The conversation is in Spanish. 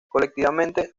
colectivamente